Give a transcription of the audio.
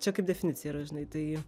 čia kaip definicija yra žinai tai